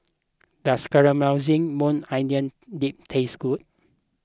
does Caramelized Maui Onion Dip taste good